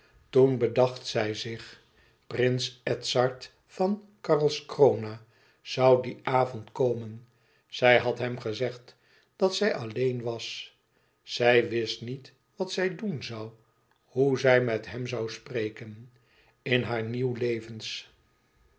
toen bedacht zij zich prins edzard van karlskrona zoû dien avond komen zij had hem gezegd dat zij alleen was zij wist niet wat zij doen zoû hoe zij met hem zoû spreken in haar nieuw